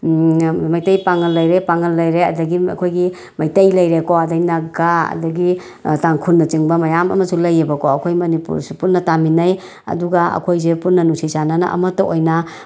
ꯃꯩꯇꯩ ꯄꯥꯡꯉꯜ ꯂꯩꯔꯦ ꯄꯥꯡꯉꯜ ꯂꯩꯔꯦ ꯑꯗꯒꯤ ꯑꯩꯈꯣꯏꯒꯤ ꯃꯩꯇꯩ ꯂꯩꯔꯦꯀꯣ ꯑꯗꯒꯤ ꯅꯒꯥ ꯑꯗꯒꯤ ꯇꯥꯡꯈꯨꯜꯅꯆꯤꯡꯕ ꯃꯌꯥꯝ ꯑꯃꯁꯨ ꯂꯩꯌꯦꯕꯀꯣ ꯑꯩꯈꯣꯏ ꯃꯅꯤꯄꯨꯔꯁꯤ ꯄꯨꯟꯅ ꯇꯥꯃꯤꯟꯅꯩ ꯑꯗꯨꯒ ꯑꯩꯈꯣꯁꯦ ꯄꯨꯟꯅ ꯅꯨꯡꯁꯤ ꯆꯥꯟꯅꯅ ꯑꯃꯠꯇ ꯑꯣꯏꯅ